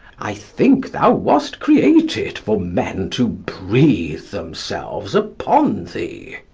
i think thou wast created for men to breathe themselves upon thee.